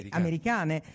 americane